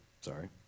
sorry